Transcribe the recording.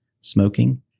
smoking